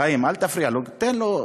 חיים, אל תפריע לו, תן לו.